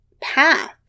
path